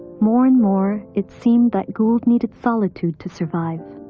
more and more, it seemed that gould needed solitude to survive.